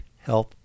Health